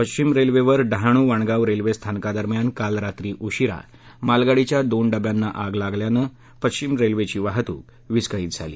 पश्चिम रेल्वेवर डहाणू वाणगाव रेल्वे स्थानकादरम्यान काल रात्री उशिरा मालगाडीच्या दोन डब्यांना आग लागल्यानं पश्चिम रेल्वेची वाहतूक विस्कळीत झाली